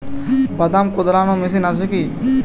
বাদাম কদলানো মেশিন আছেকি?